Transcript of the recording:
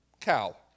Cow